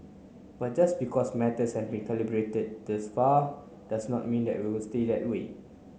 but just because matters have been calibrated thus far does not mean that we will stay at way